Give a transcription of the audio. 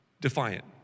Defiant